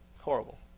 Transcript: horrible